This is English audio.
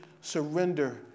surrender